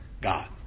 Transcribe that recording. God